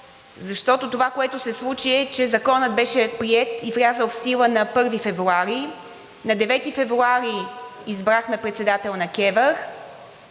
защото това, което се случи, е, че Законът беше приет и влязъл в сила на 1 февруари, на 9 февруари избрахме председател на КЕВР